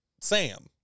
Sam